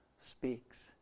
speaks